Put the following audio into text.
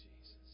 Jesus